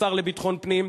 אדוני השר לביטחון פנים,